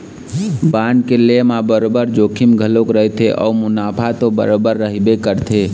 bond के लेय म बरोबर जोखिम घलोक रहिथे अउ मुनाफा तो बरोबर रहिबे करथे